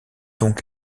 donc